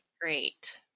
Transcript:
great